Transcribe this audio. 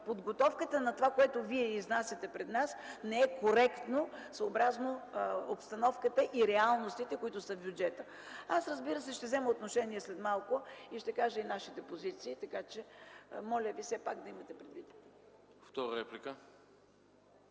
подготовката на това, което изнасяте пред нас, не е коректно, съобразно обстановката и реалностите, които са в бюджета. Разбира се, ще взема отношение след малко и ще кажа и нашите позиции, така че, моля Ви, все пак да имате предвид